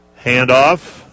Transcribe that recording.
handoff